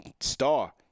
star